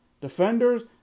Defenders